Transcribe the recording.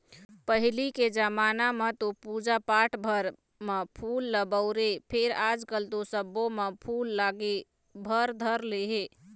पहिली के जमाना म तो पूजा पाठ भर म फूल ल बउरय फेर आजकल तो सब्बो म फूल लागे भर धर ले हे